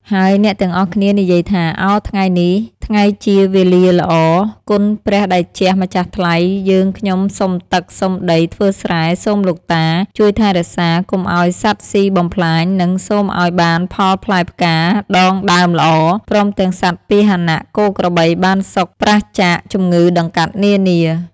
ហើយអ្នកទាំងអស់គ្នានិយាយថា ឱថ្ងៃនេះថ្ងៃជាវេលាល្អ គុណព្រះតេជះម្ចាស់ថ្លៃ យើងខ្ញុំសុំទឹក សុំដីធ្វើស្រែ សូមលោកតា ជួយថែរក្សាកុំឱ្យសត្វស៊ីបំផ្លាញ និង សូមឱ្យបានផលផ្លែផ្កា ដងដើមល្អ ព្រមទាំងសត្វ ពាហនៈ គោក្របីបានសុខប្រាសចាកជំងឺដង្កាត់នានា។